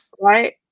right